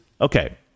okay